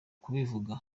kubivuga